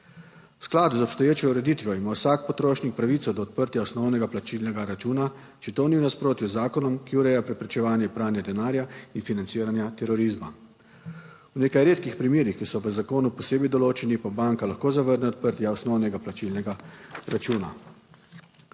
V skladu z obstoječo ureditvijo ima vsak potrošnik pravico do odprtja osnovnega plačilnega računa, če to ni v nasprotju z zakonom, ki ureja preprečevanje pranja denarja in financiranja terorizma. V nekaj redkih primerih, ki so v zakonu posebej določeni, pa banka lahko zavrne odprtje osnovnega plačilnega računa.